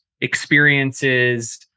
experiences